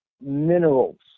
minerals